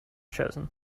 chosen